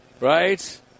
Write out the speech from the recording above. Right